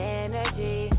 energy